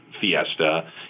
fiesta